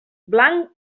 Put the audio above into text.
blanc